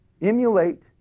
Emulate